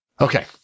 Okay